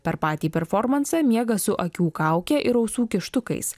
per patį performansą miega su akių kauke ir ausų kištukais